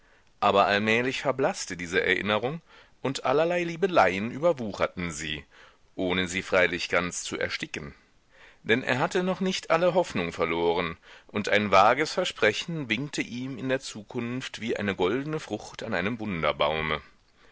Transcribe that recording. aber allmählich verblaßte diese erinnerung und allerlei liebeleien überwucherten sie ohne sie freilich ganz zu ersticken denn er hatte noch nicht alle hoffnung verloren und ein vages versprechen winkte ihm in der zukunft wie eine goldne frucht an einem wunderbaume